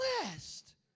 blessed